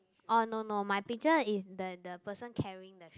oh no no my picture is the the person carrying the shoe